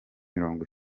mirongo